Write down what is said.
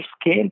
scale